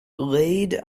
laid